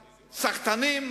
סחטנים,